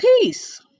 peace